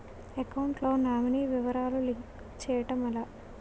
Account లో nominee వివరాలు link చేయటం ఎలా?